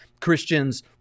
Christians